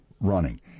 running